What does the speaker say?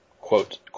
quote